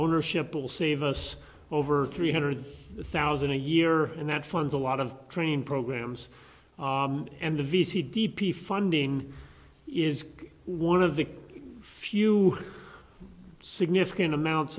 ownership will save us over three hundred thousand a year and that funds a lot of training programs and a v c d p funding is one of the few significant amounts